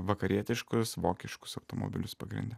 vakarietiškus vokiškus automobilius pagrinde